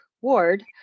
ward